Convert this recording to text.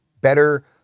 better